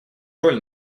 роль